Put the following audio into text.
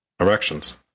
erections